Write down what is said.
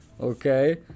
Okay